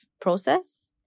process